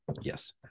Yes